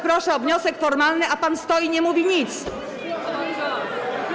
Proszę o wniosek formalny, a pan stoi, nie mówi nic.